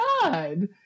God